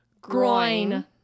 Groin